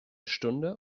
stunde